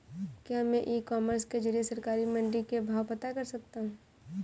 क्या मैं e commerce के ज़रिए सरकारी मंडी के भाव पता कर सकता हूँ?